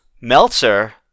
Meltzer